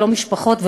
ולא משפחות,